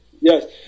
yes